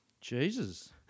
Jesus